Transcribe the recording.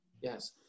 yes